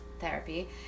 therapy